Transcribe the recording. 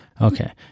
Okay